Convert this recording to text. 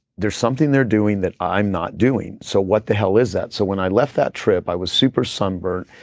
there's something they're doing that i'm not doing. so, what the hell is that? so when i left that trip, i was super sunburned,